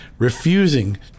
Refusing